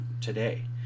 today